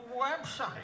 website